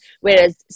whereas